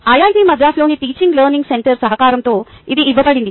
IIT మద్రాసులోని teaching learning centre సహకారంతో ఇది ఇవ్వబడింది